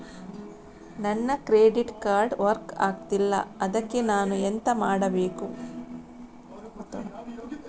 ನನ್ನ credit card work ಆಗ್ತಿಲ್ಲ ಅದ್ಕೆ ನಾನು ಎಂತ ಮಾಡಬೇಕು?